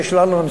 שיש לנו,